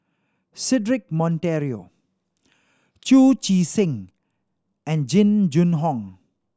Cedric Monteiro Chu Chee Seng and Jing Jun Hong